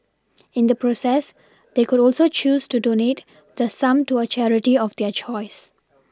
in the process they could also choose to donate the sum to a charity of their choice